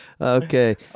okay